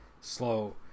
slow